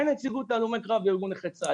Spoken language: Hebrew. אין נציגות להלומי קרב בארגון נכי צה"ל.